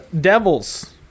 Devils